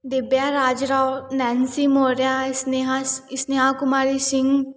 Divya Raj Rao Nancy Maurya Sneha Sneha Kumari Singh